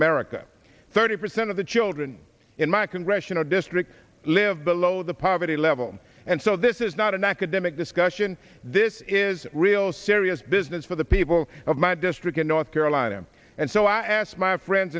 america thirty percent of the children in my congressional district live below the poverty level and so this is not an academic discussion this is real serious business for the people of my district in north carolina and so i ask my friends